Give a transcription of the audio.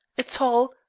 a tall,